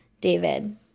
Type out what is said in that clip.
David